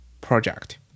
project